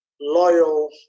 loyal